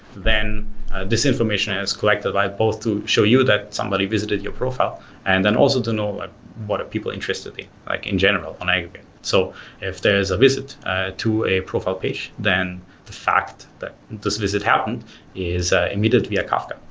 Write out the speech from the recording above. then ah this information is collected by both to show you that somebody visited your profile and then also to know what are people interested like in general. um so if there's a visit to a profile page, then the fact that this visit happened is ah immediately a kafka.